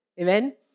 Amen